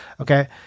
okay